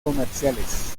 comerciales